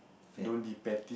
don't depend